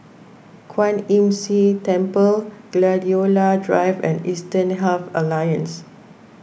Kwan Imm See Temple Gladiola Drive and Eastern Health Alliance